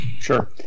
Sure